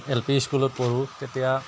L P স্কুলত পঢ়োঁ তেতিয়া